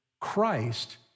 Christ